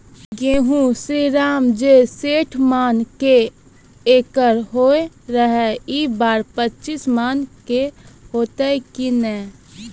गेहूँ श्रीराम जे सैठ मन के एकरऽ होय रहे ई बार पचीस मन के होते कि नेय?